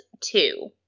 two